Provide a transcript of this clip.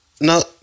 No